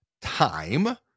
time